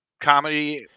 Comedy